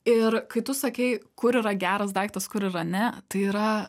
ir kai tu sakei kur yra geras daiktas kur yra ne tai yra